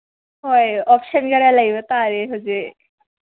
ꯍꯣꯏ ꯑꯣꯞꯁꯟ ꯈꯔ ꯂꯩꯕ ꯇꯥꯔꯦ ꯍꯧꯖꯤꯛ